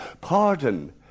pardon